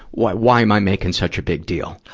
why, why am i making such a big deal?